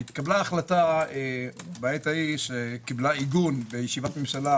התקבלה החלטה בעת ההיא שקיבלה עיגון בישיבת ממשלה